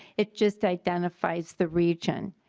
it just identifies the region.